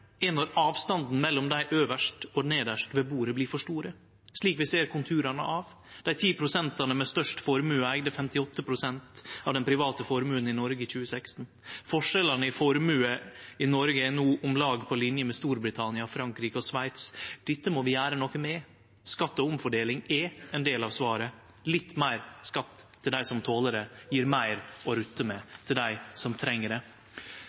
når avstanden mellom dei øvst og dei nedst ved bordet blir for stor, slik vi ser konturane av. Dei 10 pst. med størst formue eigde 58 pst. av den private formuen i Noreg i 2016. Forskjellane i formue i Noreg er no om lag på linje med Storbritannia, Frankrike og Sveits. Det må vi gjere noko med. Skatt og omfordeling er ein del av svaret – litt meir skatt til dei som toler det, gir meir å rutte med til dei som treng det.